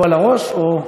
או על הראש או,